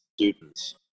students